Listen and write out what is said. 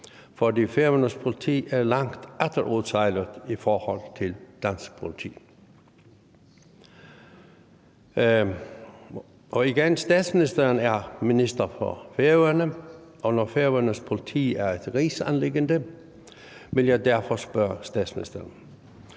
for Færøernes politi er langt agterudsejlet i forhold til dansk politi. Igen vil jeg sige, at statsministeren er minister for Færøerne, og når Færøernes politi er et rigsanliggende, vil jeg derfor stille statsministeren